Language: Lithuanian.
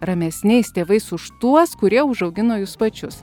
ramesniais tėvais už tuos kurie užaugino jus pačius